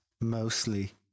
mostly